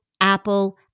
Apple